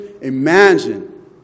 Imagine